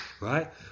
Right